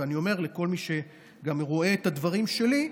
ואני אומר לכל מי שגם רואה את הדברים שלי,